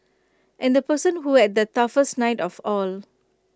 and the person who had the toughest night of all